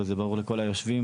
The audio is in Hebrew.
וזה ברור לכל היושבים.